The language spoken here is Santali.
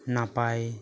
ᱱᱟᱯᱟᱭ